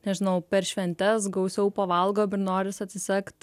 nežinau per šventes gausiau pavalgo noris atsisegt